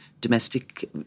domestic